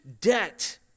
debt